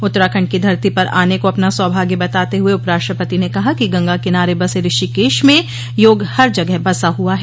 उत्तराखण्ड की धरती पर आने को अपना सौभाग्य बताते हुए उपराष्ट्रपति ने कहा कि गंगा किनारे बसे ऋषिकेश में योग हर जगह बसा हआ है